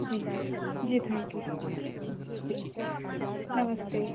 जी जी जी thank you जी नमस्ते